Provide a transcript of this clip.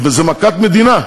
וזאת מכת מדינה,